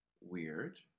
weird